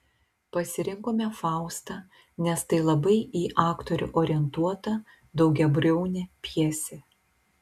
pasirinkome faustą nes tai labai į aktorių orientuota daugiabriaunė pjesė